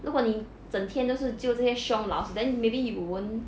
如果你整天都是只有这些凶的老师 then maybe you won't